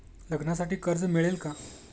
लग्नासाठी कर्ज मिळेल का?